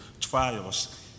trials